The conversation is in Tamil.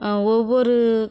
ஒவ்வொரு